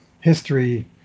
history